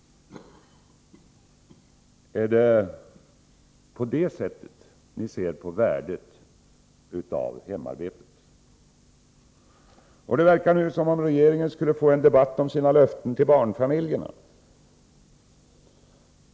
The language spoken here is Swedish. Är det på det sättet ni ser på värdet av hemarbetet? Det verkar nu som om regeringen skulle få en debatt om sina löften till barnfamiljerna.